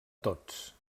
tots